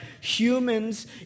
humans